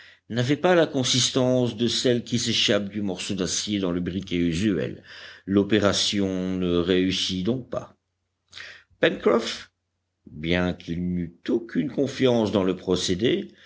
n'avaient pas la consistance de celles qui s'échappent du morceau d'acier dans le briquet usuel l'opération ne réussit donc pas pencroff bien qu'il n'eût aucune confiance dans le procédé